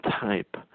type